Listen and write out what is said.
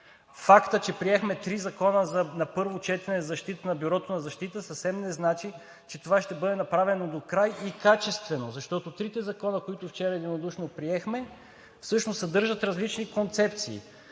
Фактът, че приехме три закона на първо четене за Бюрото по защита, съвсем не значи, че това ще бъде направено докрай и качествено, защото трите закона, които вчера единодушно приехме, всъщност съдържат различни концепции.